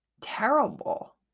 terrible